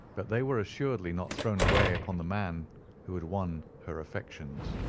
but they were assuredly not thrown away upon the man who had won her affections.